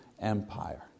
empire